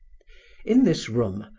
in this room,